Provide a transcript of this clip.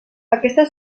aquesta